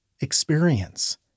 experience